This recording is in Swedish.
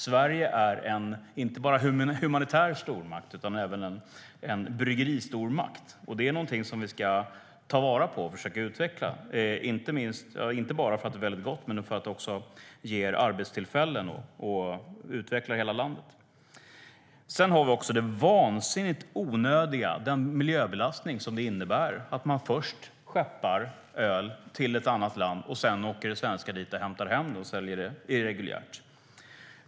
Sverige är inte bara en humanitär stormakt utan även en bryggeristormakt, och det ska vi ta vara på och försöka utveckla, inte bara för att det är väldigt gott med öl utan för att det också ger arbetstillfällen, vilket utvecklar hela landet. Det innebär också en vansinnigt onödig miljöbelastning att man först skeppar öl till ett annat land och sedan åker svenskar dit och fraktar hem det för att sälja det irreguljärt.